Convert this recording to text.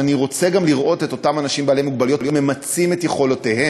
אבל אני רוצה גם לראות את אותם אנשים עם מוגבלות ממצים את יכולותיהם,